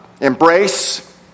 embrace